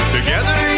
Together